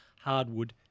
hardwood